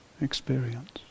experience